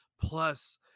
Plus